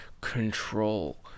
control